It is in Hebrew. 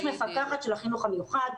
יש מפקחת של החינוך המיוחד,